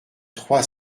trois